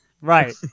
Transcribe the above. right